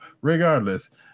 Regardless